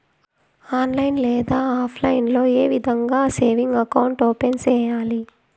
online లో లేదా offline లో ఏ విధంగా సేవింగ్ అకౌంట్ ఓపెన్ సేయాలి